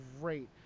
great